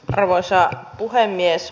arvoisa puhemies